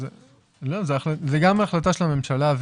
זה החלטה של הממשלה.